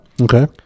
Okay